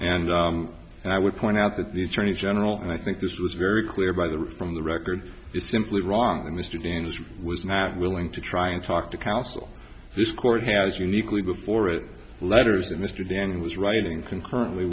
and and i would point out that the attorney general and i think this was very clear by the from the record is simply wrong mr daniels was not willing to try and talk to counsel this court has uniquely before it letters that mr daniel was writing concurrently